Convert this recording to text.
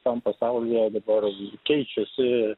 tam pasaulyje dabar keičiasi